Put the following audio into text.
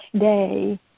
day